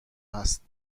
هست